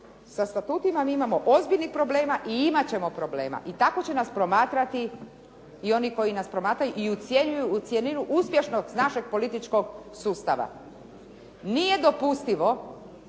Sa statutima mi imamo ozbiljnih problema i imat ćemo problema, i tako će nas promatrati i oni koji nas promatraju i ocjenjuju u cjelinu uspješnog …/Govornica se ne razumije./… političkog sustava. Nije dopustivo